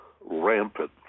rampant